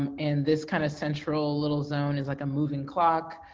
um and this kind of central little zone is like a moving clock.